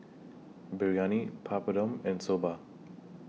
Biryani Papadum and Soba